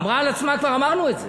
אמרה על עצמה, כבר אמרנו את זה.